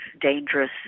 dangerous